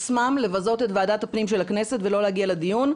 עצמם לבזות את ועדת הפנים של הכנסת ולא להגיע לדיון,